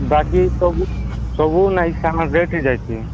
ବାକି ସବୁ ସବୁ ନାହିଁ ରେଟ୍ ହୋଇଯାଇଛି